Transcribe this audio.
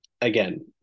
again